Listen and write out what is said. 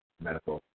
medical